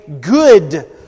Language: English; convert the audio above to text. good